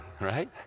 right